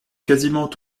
quasiment